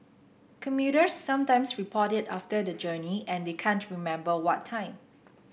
commuters sometimes report it after the journey and they can't remember what time